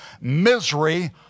misery